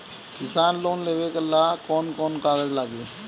किसान लोन लेबे ला कौन कौन कागज लागि?